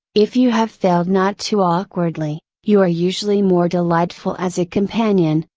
if you have failed not too awkwardly, you are usually more delightful as a companion,